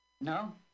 No